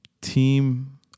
team